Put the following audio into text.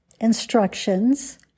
instructions